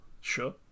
Sure